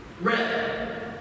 Red